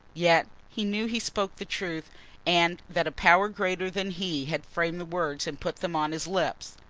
yet he knew he spoke the truth and that a power greater than he had framed the words and put them on his lips.